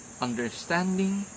understanding